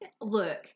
Look